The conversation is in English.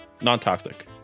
non-toxic